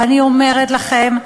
ואני אומרת לכם,